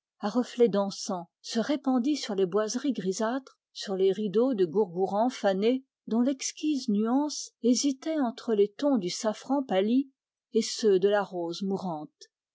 à reflets dansants se répandit sur les boiseries gris de perle et sur les rideaux de gourgouran fané dont l'exquise nuance hésitait entre les tons du safran pâli et ceux de la rose mourante